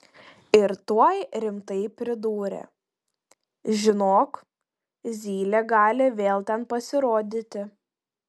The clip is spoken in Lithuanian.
ir tuoj rimtai pridūrė žinok zylė gali vėl ten pasirodyti